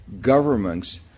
governments